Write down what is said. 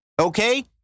okay